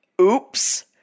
oops